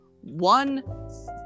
one